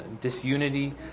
Disunity